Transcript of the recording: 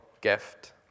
gift